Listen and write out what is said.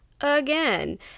again